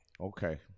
Okay